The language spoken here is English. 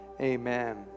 amen